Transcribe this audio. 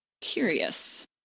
curious